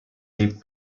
les